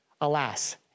Alas